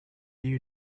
you